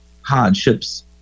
hardships